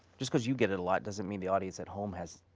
just cause you get it a lot doesn't mean the audience at home has